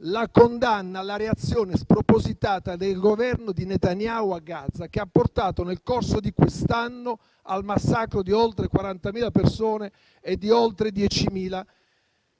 la condanna alla reazione spropositata del Governo di Netanyahu a Gaza, che ha portato nel corso di quest'anno al massacro di oltre 40.000 persone, di cui oltre 10.000